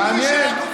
מעניין.